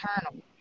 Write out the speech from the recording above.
eternal